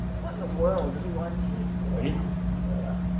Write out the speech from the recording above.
what in the world does he want teeth for? asked marilla.